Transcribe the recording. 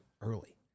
early